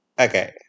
Okay